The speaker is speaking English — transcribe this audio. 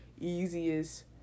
easiest